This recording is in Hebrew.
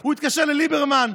הוא יתקשר לליברמן?